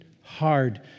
hard